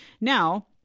now